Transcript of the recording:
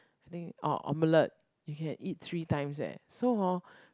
I think oh omelette you can eat three times eh so hor